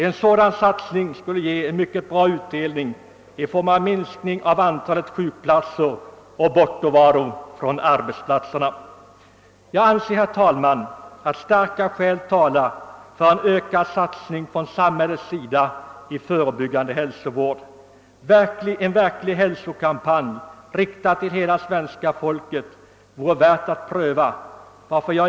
En sådan satsning skulle ge en mycket god utdelning i form av minskat antal belagda sjukplatser och minskad bortovaro från arbetsplatserna. Jag anser, herr talman, att starka skäl talar för en ökad satsning från samhällets sida på förebyggande hälsovård. En verklig hälsokampanj, riktad till hela svenska folket vore värd att pröva.